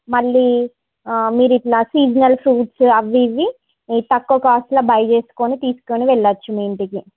మళ్ళీ మీరిట్ల seasonal fruits అవ్వి ఇవ్వి తక్కువ కాస్ట్లో బై చేసుకోని తీసుకొని వెళ్లొచ్చు మీ ఇంటికి